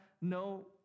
no